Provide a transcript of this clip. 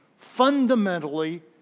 fundamentally